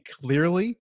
clearly